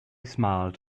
smiled